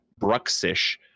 bruxish